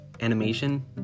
animation